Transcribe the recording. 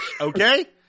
Okay